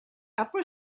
upper